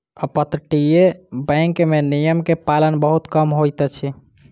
अपतटीय बैंक में नियम के पालन बहुत कम होइत अछि